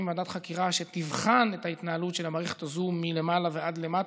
ועדת חקירה שתבחן את ההתנהלות של המערכת הזאת מלמעלה ועד למטה,